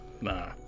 Nah